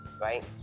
Right